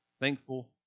Thankful